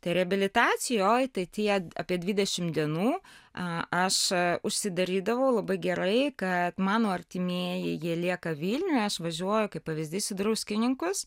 tai reabilitacijoj tai tie apie dvidešim dienų aš užsidarydavau labai gerai kad mano artimieji lieka vilniuj aš važiuoju kaip pavyzdys į druskininkus